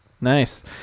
nice